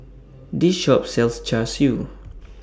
This Shop sells Char Siu